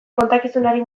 kontakizunari